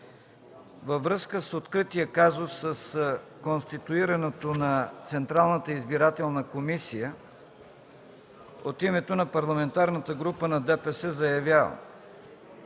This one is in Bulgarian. Във връзка с открития казус с конституирането на Централната избирателна комисия от името на Парламентарната група на ДПС заявявам: